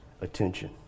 attention